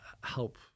help